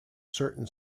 certain